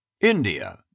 India